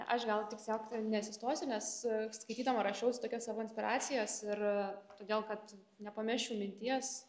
aš gal tiesiog nesistosiu nes skaitydama rašiaus tokias savo inspiracijas ir todėl kad nepamesčiau minties